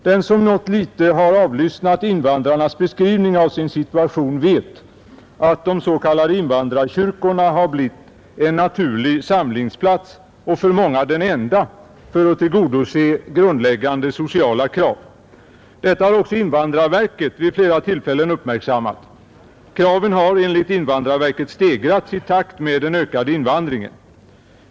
Den som något lite har avlyssnat invandrarnas beskrivning av sin situation vet att de s.k. invandrarkyrkorna har blivit en naturlig samlingsplats — för många den enda — för att tillgodose grundläggande sociala krav. Detta har också invandrarverket vid flera tillfällen uppmärksammat. Kraven har enligt invandrarverket stegrats i takt med den ökade invandringen.